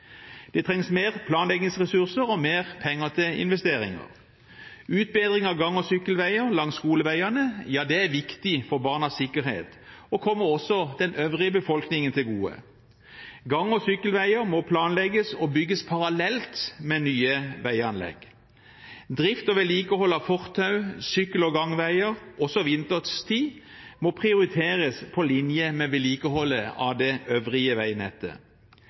Det trengs mer planleggingsressurser og mer penger til investeringer. Utbedring av gang- og sykkelveier langs skoleveiene er viktig for barnas sikkerhet, og kommer også den øvrige befolkningen til gode. Gang- og sykkelveier må planlegges og bygges parallelt med nye veianlegg. Drift og vedlikehold av fortau og sykkel- og gangveier også vinterstid må prioriteres på linje med vedlikeholdet av det øvrige veinettet.